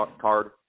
card